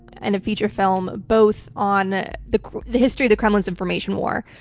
and a feature film, both on the the history of the kremlin's information war.